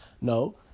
No